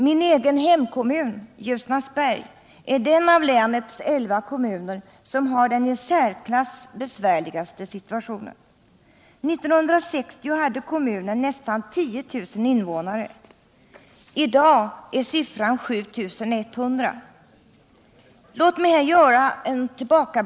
Min egen hemkommun, Ljusnarsberg, är den av länets elva kommuner som har den i särklass besvärligaste situationen. 1960 hade kommunen nästan 10 000 invånare. I dag är siffran 7 100.